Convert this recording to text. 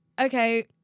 okay